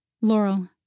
Laurel